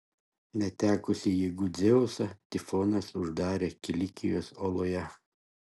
netekusį jėgų dzeusą tifonas uždarė kilikijos oloje